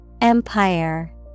Empire